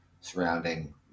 surrounding